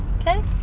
okay